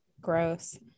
gross